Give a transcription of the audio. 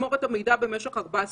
לבידוד למשך 14